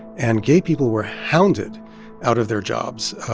and gay people were hounded out of their jobs,